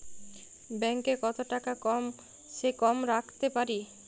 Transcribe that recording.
Bank এ কত টাকা কম সে কম রাখতে পারি?